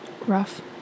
Rough